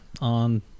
On